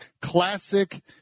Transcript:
classic